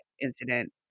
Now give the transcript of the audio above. incident